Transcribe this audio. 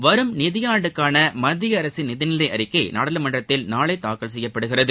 வரும் நிதியாண்டுக்கான மத்திய அரசின் நிதிநிலை அறிக்கை நாடாளுமன்றத்தில் நாளை தாக்கல் செய்யப்படுகிறது